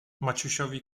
maciusiowi